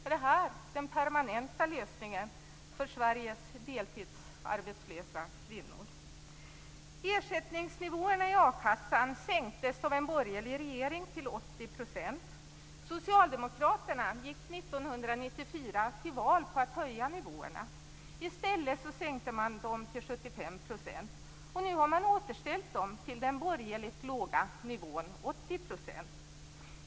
Är detta den permanenta lösningen för Sveriges deltidsarbetslösa kvinnor? 1994 till val på att höja nivåerna. I stället sänkte man dem till 75 %. Nu har man återställt dem till den borgerligt låga nivån 80 %.